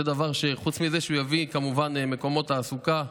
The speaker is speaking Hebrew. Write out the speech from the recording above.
זה דבר שחוץ מזה שהוא יביא כמובן מקומות תעסוקה,